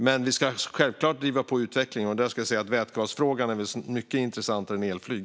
Men vi ska självklart driva på utvecklingen, och där är vätgasfrågan mycket intressantare än elflyg.